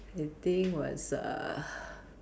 I think was uh